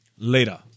Later